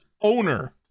owner